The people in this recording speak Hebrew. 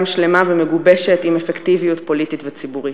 שלמה ומגובשת עם אפקטיביות פוליטית וציבורית.